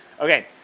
Okay